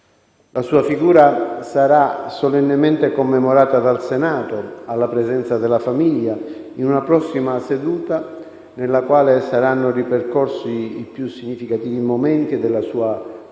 La sua figura sarà solennemente commemorata dal Senato, alla presenza della famiglia, in una prossima seduta nella quale saranno ripercorsi i più significativi momenti della sua azione